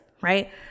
right